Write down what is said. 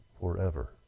forever